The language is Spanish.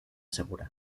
segura